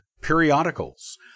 periodicals